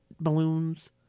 balloons